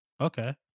Okay